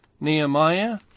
Nehemiah